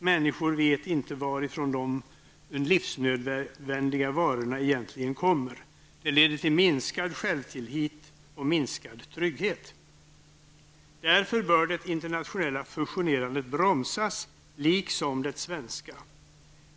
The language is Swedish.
Människor vet inte varifrån de livsnödvändiga varorna egentligen kommer. Det leder till minskad självtillit och trygghet. Därför bör det internationella fusionerandet bromsas liksom det svenska.